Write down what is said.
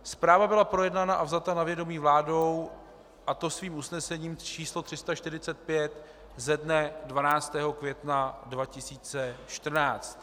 Zpráva byla projednána a vzata na vědomí vládou, a to usnesením č. 345 ze dne 12. května 2014.